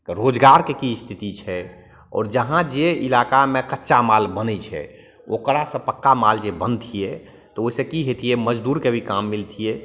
रोजगारके कि इस्थिति छै आओर जहाँ जे इलाकामे कच्चा माल बनै छै ओकरासे पक्का माल जे बनतिए तऽ ओहिसे कि होतिए मजदूरके भी काम मिलतिए